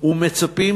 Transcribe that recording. ומצפים